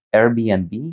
Airbnb